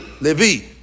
Levi